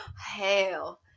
hell